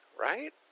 right